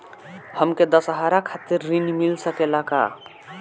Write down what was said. हमके दशहारा खातिर ऋण मिल सकेला का?